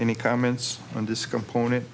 any comments on this component